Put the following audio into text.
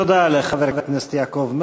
תודה לחבר הכנסת יעקב מרגי.